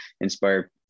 inspire